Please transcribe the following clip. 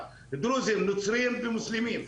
דרוזים, נוצרים ומוסלמים.